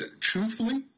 truthfully